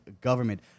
government